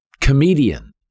comedian